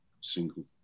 single